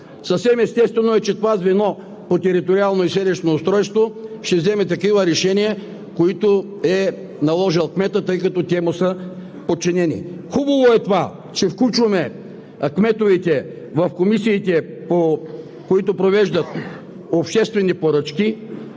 Съвсем естествено е, че това звено по териториално и селищно устройство ще вземе такива решения, които е наложил кметът, тъй като те са му подчинени. Хубаво е това, че включваме кметовете в комисиите, които провеждат обществени поръчки